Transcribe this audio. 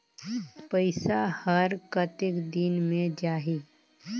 पइसा हर कतेक दिन मे जाही?